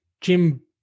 Jim